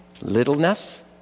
Littleness